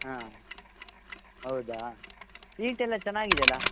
ಹಾಂ ಹೌದಾ ಸೀಟ್ ಎಲ್ಲ ಚೆನ್ನಾಗಿದೆಲ್ಲ